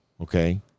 Okay